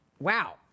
Wow